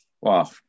Wow